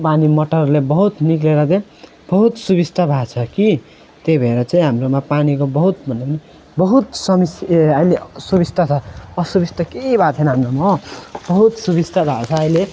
पानी मोटरहरूले बहुत निस्केर के बहुत सुबिस्ता भएको छ कि त्यही भएर चाहिँ हाम्रोमा पानीको बहुत भन्दा पनि बहुत समस् ए अहिले सुबिस्ता छ असुबिस्ता केही भएको छैन हाम्रोमा हो बहुत सुबिस्ता भएको छ अहिले